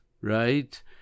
right